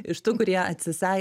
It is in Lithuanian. iš tų kurie atsisai